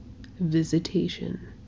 Visitation